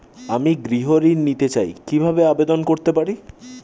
আমি গৃহ ঋণ নিতে চাই কিভাবে আবেদন করতে পারি?